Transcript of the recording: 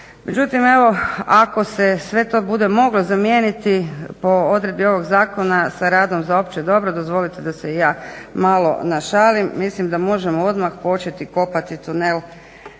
Međutim, evo ako se sve to bude moglo zamijeniti po odredbi ovog zakona sa radom za opće dobro dozvolite da se i ja malo našalim. Mislim da možemo odmah početi kopati tunel